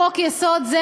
"חוק-יסוד זה,